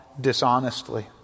dishonestly